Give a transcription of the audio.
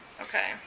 Okay